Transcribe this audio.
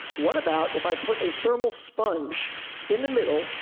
what about if i put a thermal sponge in the middle,